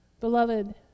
Beloved